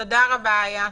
תודה רבה, איה.